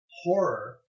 horror